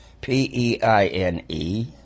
P-E-I-N-E